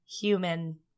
human